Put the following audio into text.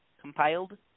Compiled